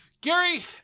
Gary